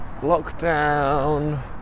lockdown